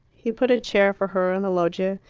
he put a chair for her on the loggia,